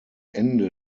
ende